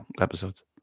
episodes